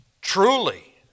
Truly